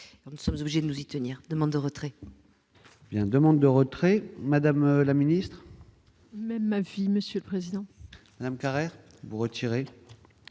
droits, sommes obligés de nous y tenir, demande de retrait. Bien demande de retrait, Madame la Ministre, même ma fille, monsieur le Président Madame Carrère vous retirer